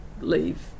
leave